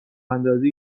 اندازی